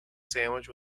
sandwich